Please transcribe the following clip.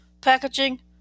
packaging